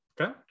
Okay